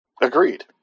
Agreed